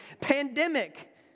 pandemic